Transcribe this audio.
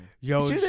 Yo